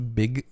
big